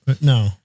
no